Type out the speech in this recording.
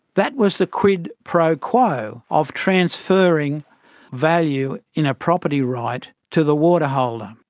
that was the quid pro quo of transferring value in a property right to the water holder.